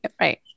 right